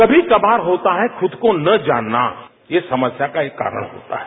कभी कभार होता है खुद को न जानना यह समस्या का एक कारण होता है